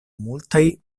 multaj